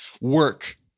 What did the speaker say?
work